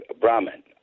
Brahman